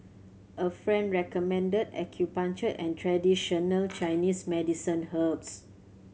a friend recommended acupuncture and traditional Chinese medicine herbs